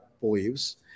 believes